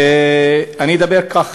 אני אומר כך: